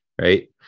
right